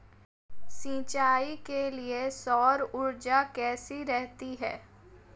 सिंचाई के लिए सौर ऊर्जा कैसी रहती है?